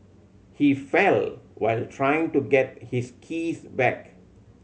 he fell while trying to get his keys back